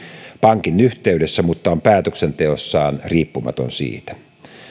pankin yhteydessä mutta on päätöksenteossaan riippumaton siitä